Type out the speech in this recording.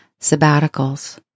sabbaticals